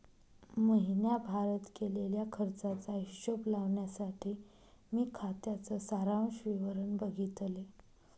महीण्याभारत केलेल्या खर्चाचा हिशोब लावण्यासाठी मी खात्याच सारांश विवरण बघितले